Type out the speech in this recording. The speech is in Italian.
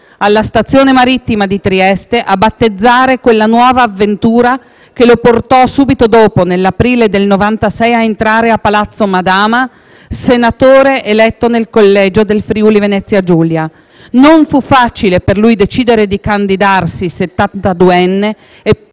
alla Stazione marittima di Trieste, a battezzare quella nuova avventura che lo portò, subito dopo, nell'aprile del 1996, a entrare a Palazzo Madama, senatore eletto nel collegio del Friuli-Venezia Giulia. Non fu facile per lui decidere di candidarsi,